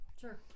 Sure